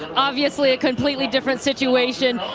obviously a completely different situation.